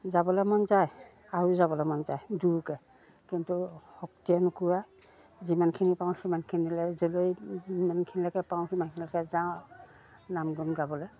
যাবলৈ মন যায় আৰু যাবলৈ মন যায় যোৰকৈ কিন্তু শক্তিয়ে নুকুৱা যিমানখিনি পাৰোঁ সিমানখিনিলৈ যলৈ যিমানখিনিলৈকে পাৰোঁ সিমানখিনিলৈকে যাওঁ নাম গুণ গাবলৈ